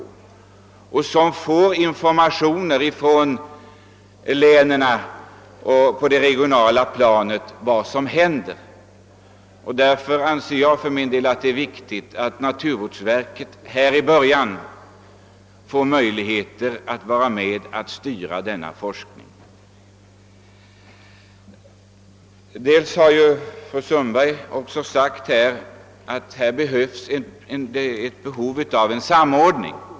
Naturvårdsverket får ju informationer från länen om vad som händer på det regionala planet. Fördenskull tycks det mig viktigt att det i början får möjlighet att styra denna forskning. Fru Sundberg har hävdat att det behövs samordning.